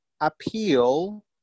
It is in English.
appeal